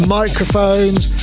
microphones